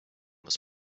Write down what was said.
was